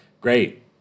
great